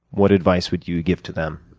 what advice would you give to them?